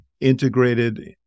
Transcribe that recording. integrated